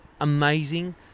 Amazing